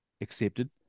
accepted